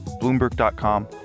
Bloomberg.com